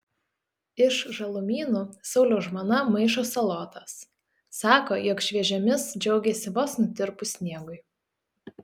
iš žalumynų sauliaus žmona maišo salotas sako jog šviežiomis džiaugiasi vos nutirpus sniegui